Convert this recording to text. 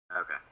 Okay